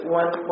one